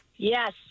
Yes